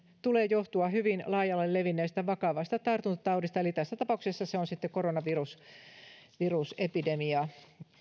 tulee johtua hyvin laajalle levinneestä vakavasta tartuntataudista eli tässä tapauksessa se on sitten koronavirusepidemia